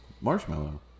Marshmallow